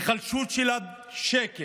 היחלשות של השקל,